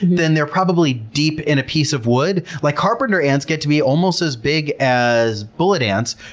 then they're probably deep in a piece of wood. like carpenter ants get to be almost as big as bullet ants,